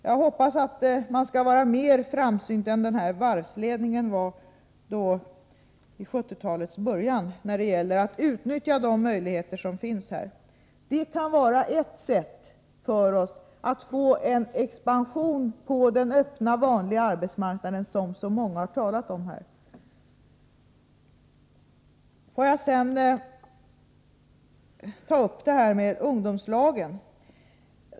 Jag hoppas att man skall vara mer framsynt när det gäller att utnyttja de möjligheter som finns än den nämnda varvsledningen var i 1970-talets början. Det kan vara ett sätt för oss att få en expansion på den vanliga öppna arbetsmarknaden, som så många talar om här. Får jag sedan ta upp frågan om ungdomslagen.